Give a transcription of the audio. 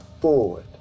forward